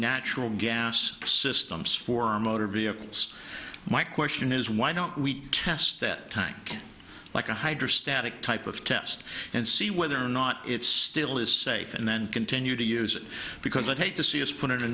natural gas systems for our motor vehicles my question is why don't we test that time like a hydrostatic type of test and see whether or not it still is safe and then continue to use it because i hate to see us put i